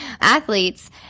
athletes